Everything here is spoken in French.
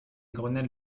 grenades